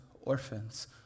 orphans